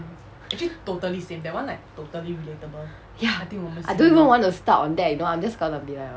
ya I don't even want to start on that you know I'm just gonna be like err